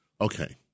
Okay